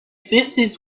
fences